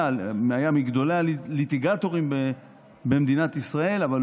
היה מגדולי הליטיגטורים במדינת ישראל, אבל